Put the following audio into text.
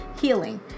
healing